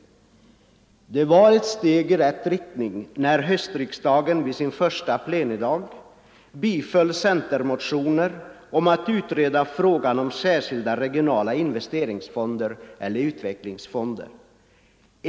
Det var ett steg i rätt riktning när höstriksdagen vid sin första plenidag biföll centermotioner om att utreda frågan om särskilda regionala investeringsfonder eller utvecklingsfonder.